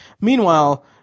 Meanwhile